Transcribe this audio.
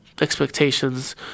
expectations